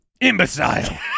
imbecile